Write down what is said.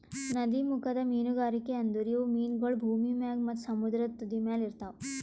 ನದೀಮುಖದ ಮೀನುಗಾರಿಕೆ ಅಂದುರ್ ಇವು ಮೀನಗೊಳ್ ಭೂಮಿ ಮ್ಯಾಗ್ ಮತ್ತ ಸಮುದ್ರದ ತುದಿಮ್ಯಲ್ ಇರ್ತಾವ್